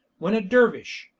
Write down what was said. when a dervish,